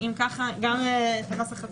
אם ככה, גם --- בסדר.